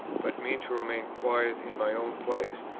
but mean to remain quiet in my own place,